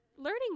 Learning